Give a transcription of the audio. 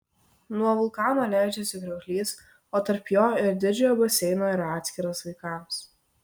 nuo vulkano leidžiasi krioklys o tarp jo ir didžiojo baseino yra atskiras vaikams